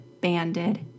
banded